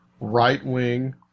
right-wing